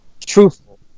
truthful